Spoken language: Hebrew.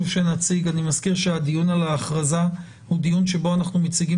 אני מזכיר שהדיון על ההכרזה הוא דיון שבו אנחנו מציגים